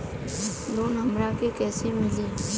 Loan हमरा के कईसे मिली?